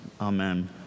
Amen